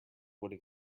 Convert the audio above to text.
wooden